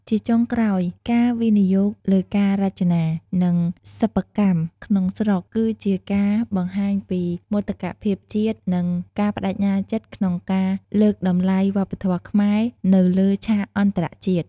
ជាចុងក្រោយ ការវិនិយោគលើការរចនា និងសិប្បកម្មក្នុងស្រុក គឺជាការបង្ហាញពី មោទកភាពជាតិ និង ការប្តេជ្ញាចិត្តក្នុងការលើកតម្លៃវប្បធម៌ខ្មែរនៅលើឆាកអន្តរជាតិ។